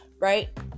right